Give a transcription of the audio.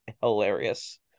hilarious